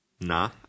Na